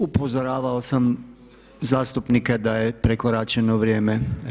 Upozoravao sam zastupnike da je prekoračeno vrijeme.